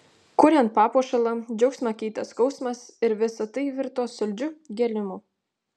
kuriant papuošalą džiaugsmą keitė skausmas ir visa tai virto saldžiu gėlimu